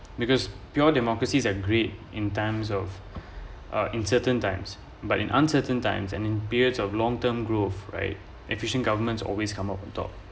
because pure democracies has great in terms of uh in certain times but in uncertain times and in beards of long term growth right efficient government always come out of door